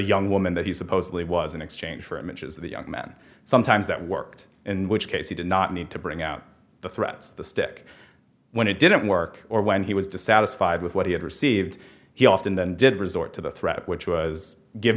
young woman that he supposedly was in exchange for images of the young men sometimes that worked in which case he did not need to bring out the threats the stick when it didn't work or when he was dissatisfied with what he had received he often then did resort to the threat which was give